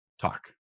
talk